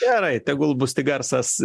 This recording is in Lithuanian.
gerai tegul bus tik garsas